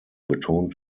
betont